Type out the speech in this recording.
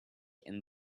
and